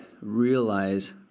realize